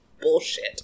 bullshit